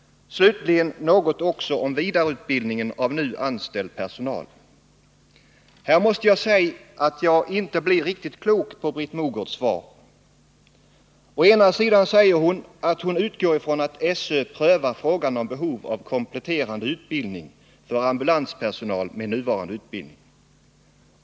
Slutligen också något om vidareutbildningen av nu anställd personal. Här måste jag säga att jag inte blir riktigt klok på Britt Mogårds svar. Å ena sidan utgår hon ifrån att SÖ prövar frågan om behovet av kompletterande utbildning för ambulanspersonal med nuvarande utbildning.